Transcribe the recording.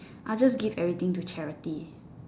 I'll just give everything to charity